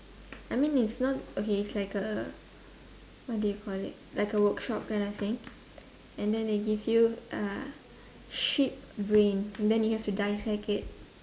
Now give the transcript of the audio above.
I mean it's not okay it's like a what do you call it like a workshop kind of thing and then they give you uh sheep brain then you have to dissect it